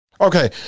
Okay